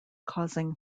causing